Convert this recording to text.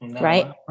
Right